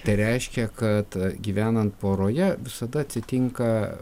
tai reiškia kad gyvenant poroje visada atsitinka